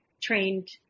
trained